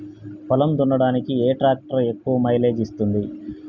పొలం దున్నడానికి ఏ ట్రాక్టర్ ఎక్కువ మైలేజ్ ఇస్తుంది?